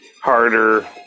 harder